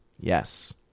Yes